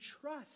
trust